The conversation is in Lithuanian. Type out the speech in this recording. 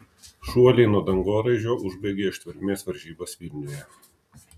šuoliai nuo dangoraižio užbaigė ištvermės varžybas vilniuje